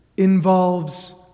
involves